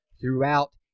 throughout